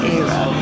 era